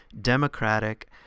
democratic